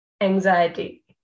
Anxiety